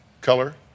Color